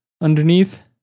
underneath